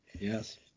yes